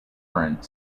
current